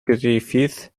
griffith